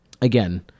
again